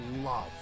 love